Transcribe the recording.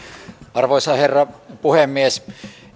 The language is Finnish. arvoisa herra puhemies